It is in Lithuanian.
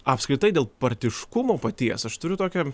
apskritai dėl partiškumo paties aš turiu tokią